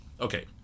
Okay